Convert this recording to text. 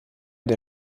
der